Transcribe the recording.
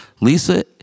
Lisa